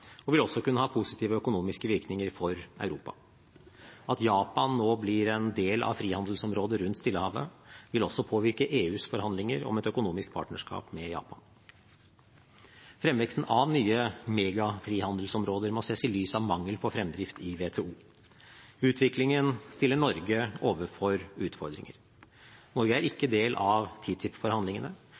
og vil også kunne ha positive økonomiske virkninger for Europa. At Japan nå blir en del av frihandelsområdet rundt Stillehavet, vil også påvirke EUs forhandlinger om et økonomisk partnerskap med Japan. Fremveksten av nye mega-frihandelsområder må ses i lys av mangel på fremdrift i WTO. Utviklingen stiller Norge overfor utfordringer. Norge er ikke del av